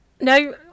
No